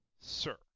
Sir